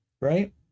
right